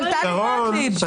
של טלי גוטליב.